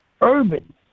Urban